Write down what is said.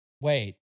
wait